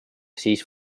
siis